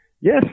Yes